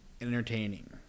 entertaining